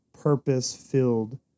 purpose-filled